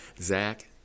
Zach